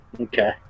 Okay